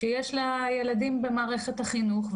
שיש לה ילדים במערכת החינוך,